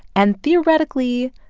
and theoretically,